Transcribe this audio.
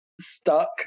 stuck